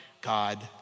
God